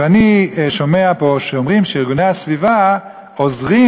ואני שומע פה שאומרים שארגוני הסביבה עוזרים